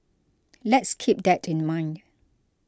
let's keep that in mind